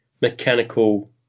mechanical